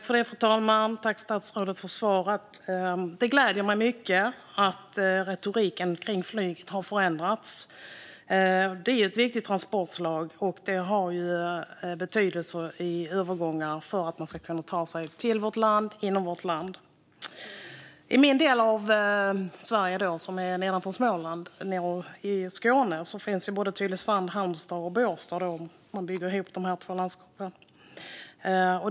Fru talman! Jag tackar statsrådet för svaret. Det gläder mig mycket att retoriken kring flyget har förändrats. Detta är ett viktigt transportslag, och det har ju betydelse i övergångarna för att man ska kunna ta sig till vårt land och kunna ta sig fram inom vårt land. I min del av Sverige, som ligger nedanför Småland, nere i Skåne, finns både Tylösand, Halmstad och Båstad, om man bygger ihop de två landskapen.